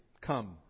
Come